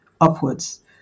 upwards